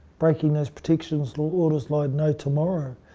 breaking those protection so orders like no tomorrow.